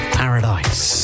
paradise